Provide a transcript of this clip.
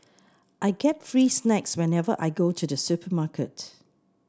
I get free snacks whenever I go to the supermarket